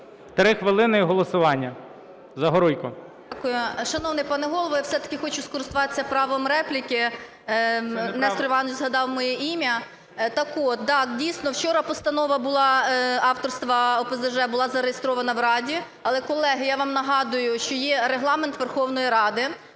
3 хвилини і голосування. Загоруйко. 10:48:17 ЗАГОРУЙКО А.Л. Дякую. Шановний пане Голово, я все-таки хочу скористуватись правом репліки, Нестор Іванович згадав моє ім'я. Так от, так, дійсно, вчора постанова була авторства ОПЗЖ зареєстрована в Раді. Але, колеги, я вам нагадую, що є Регламент Верховної Ради.